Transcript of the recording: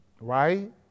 Right